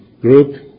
group